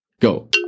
go